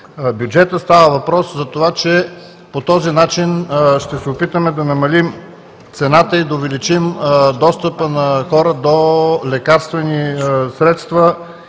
бюджета. Става въпрос за това, че по този начин ще се опитаме да намалим цената и да увеличим достъпа на хора до лекарствени средства